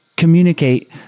Communicate